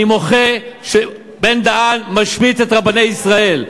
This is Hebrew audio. אני מוחה על כך שבן-דהן משמיץ את רבני ישראל.